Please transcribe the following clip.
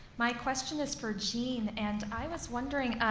my question is for jeanne and i was wondering,